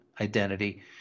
identity